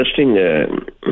interesting